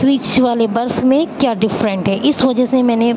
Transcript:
fridge والے برف میں کیا ڈفرینٹ ہے اس وجہ سے میں نے